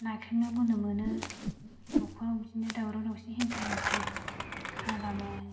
नाख्रेबनो बोलो मोनो न'खराव बिदिनो दावराव दावसि हिंसा हिंसि खालामो